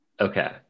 Okay